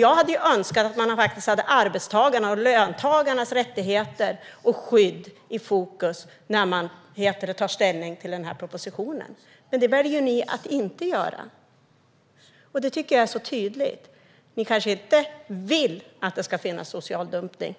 Jag hade önskat att man haft arbetstagarnas och löntagarnas rättigheter och skydd i fokus när man tog ställning till den här propositionen. Men det väljer ni att inte ha. Det tycker jag är tydligt. Ni kanske inte vill att det ska ske social dumpning